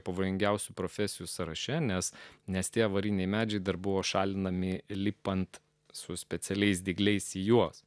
pavojingiausių profesijų sąraše nes nes tie variniai medžiai dar buvo šalinami lipant su specialiais dygliais juos